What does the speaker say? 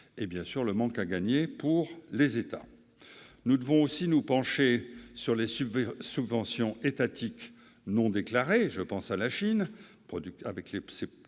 et, bien sûr, le manque à gagner pour les États. Nous devons aussi nous pencher sur les subventions étatiques non déclarées. Je pense à la Chine, dont les